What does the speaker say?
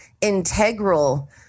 integral